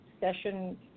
session